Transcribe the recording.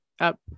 up